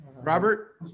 Robert